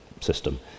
system